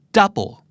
Double